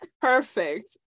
Perfect